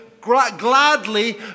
gladly